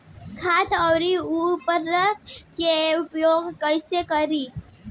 खाद व उर्वरक के उपयोग कईसे करी?